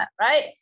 right